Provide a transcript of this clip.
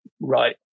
right